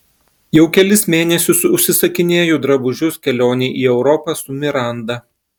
jau kelis mėnesius užsisakinėju drabužius kelionei į europą su miranda